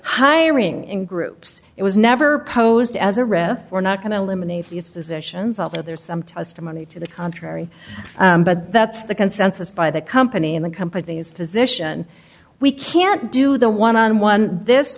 hiring in groups it was never posed as a rep for not going to eliminate these positions although there are some testimony to the contrary but that's the consensus by the company in the company's position we can't do the one on one this